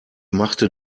machte